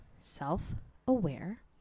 self-aware